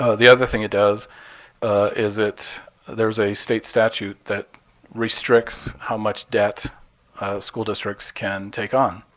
ah the other thing it does is it there's a state statute that restricts how much debt school districts can take on.